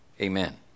Amen